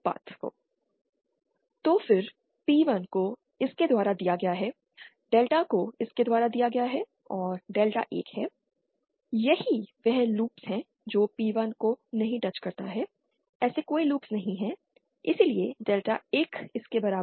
T21b2a1P1∆1∆ P1S21 ∆1 S22L ∆11 T21b2a1S211 S22L तो फिर P1 को इसके द्वारा दिया गया है डेल्टा को इसके द्वारा दिया गया है और डेल्टा 1 है यही वह लूप्स है जो P1 को नहीं टच करता है ऐसे कोई लूप्स नहीं हैं इसलिए डेल्टा 1 इसके बराबर है